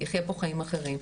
יחיה פה חיים אחרים,